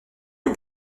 que